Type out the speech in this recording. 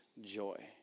joy